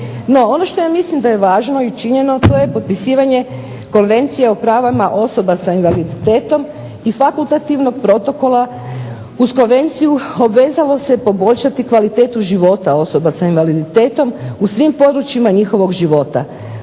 ono što ja mislim da je važno i činjeno to je potpisivanje KOnvencije o pravima osoba sa invaliditetom i Fakultativnog protokola uz konvenciju obvezalo se poboljšati kvalitetu života osobe sa invaliditetom u svim područjima njihovog života.